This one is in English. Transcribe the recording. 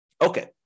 Okay